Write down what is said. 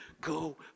go